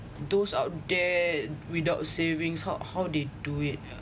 those out there without savings how how they do it